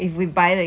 !aiya! 我也是很想省钱